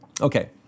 Okay